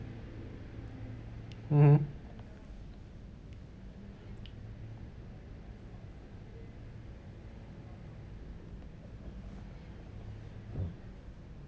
mmhmm